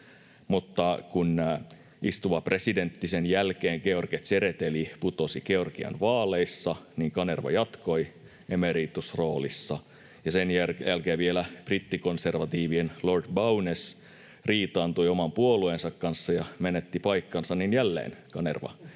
Mutta kun istuva presidentti George Tsereteli sen jälkeen putosi Georgian vaaleissa, Kanerva jatkoi emeritusroolissa. Ja sen jälkeen vielä brittikonservatiivien Lord Bowness riitaantui oman puolueensa kanssa ja menetti paikkansa, ja jälleen Kanerva jatkoi